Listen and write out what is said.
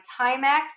Timex